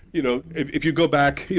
you know, if if you go back, you